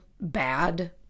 bad